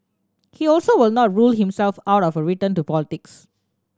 he also would not rule himself out of a return to politics